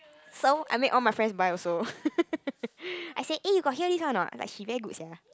so I made all my friends buy also I said eh you got hear this one a not like she very good sia